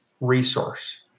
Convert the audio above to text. resource